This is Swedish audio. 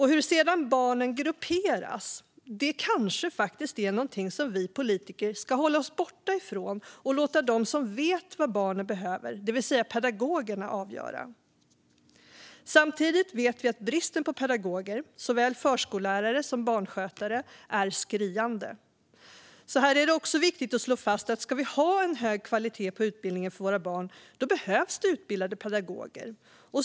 Hur barnen sedan grupperas kanske faktiskt är någonting som vi politiker ska hålla oss borta från och låta de som vet vad barnen behöver, det vill säga pedagogerna, avgöra. Samtidigt vet vi att bristen på pedagoger, såväl förskollärare som barnskötare, är skriande. Därför är det viktigt att också här slå fast att om vi ska ha en hög kvalitet på utbildningen för våra barn behövs det utbildade pedagoger.